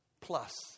plus